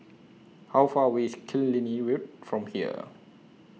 How Far away IS Killiney Road from here